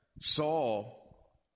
Saul